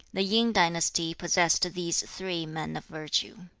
the yin dynasty possessed these three men of virtue